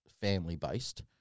family-based